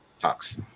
talks